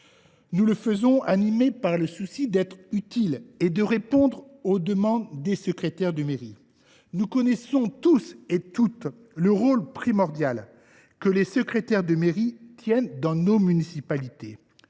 Nous le faisons animés par le souci d’être utiles et de répondre aux demandes des secrétaires de mairie. Nous connaissons tous et toutes le rôle primordial que les secrétaires de mairie tiennent dans les municipalités.